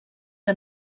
que